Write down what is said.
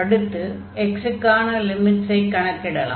அடுத்து x க்கான லிமிட்ஸை கணக்கிடலாம்